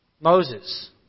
Moses